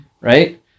right